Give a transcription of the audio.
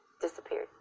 disappeared